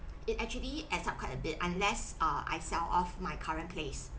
it actually adds up quite a bit unless uh I sell off my current place